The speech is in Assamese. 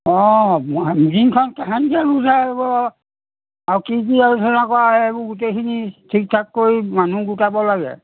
অঁ মিটিংখন কাহানিকৈ গোটাই আকৌ আৰু কি কি আলোচনা কৰা এইবোৰ গোটেইখিনি ঠিক ঠাক কৰি মানুহ গোটাব লাগে